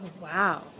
Wow